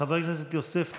חבר הכנסת יוסף טייב,